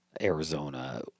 Arizona